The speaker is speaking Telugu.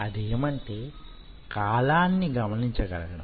అదేమంటే కాలాన్ని గమనించగలగడం